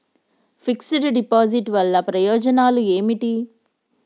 Fix డ్ deposit వల్ల ప్రయోజనాలు ఏమిటి?